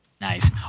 Nice